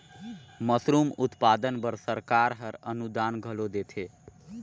mushroom उत्पादन बर सरकार हर अनुदान घलो देथे